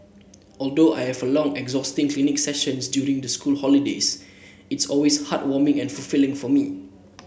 although I have long exhausting clinic sessions during the school holidays it's always heartwarming and fulfilling for me